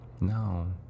No